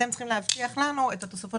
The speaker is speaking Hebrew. אתם צריכים להבטיח לנו את התוספות